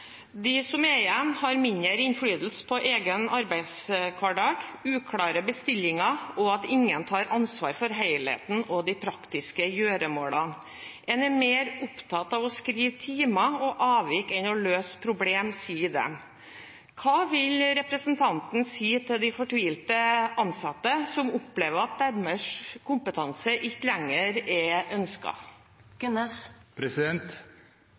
De som er igjen, har mindre innflytelse på egen arbeidshverdag, uklare bestillinger og ingen som tar ansvaret for helheten og de praktiske gjøremålene. En er mer opptatt av å skrive timer og avvik enn av å løse problemer, sier de. Hva vil representanten si til de fortvilte ansatte som opplever at kompetansen deres ikke lenger er